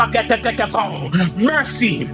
Mercy